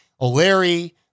O'Leary